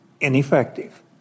ineffective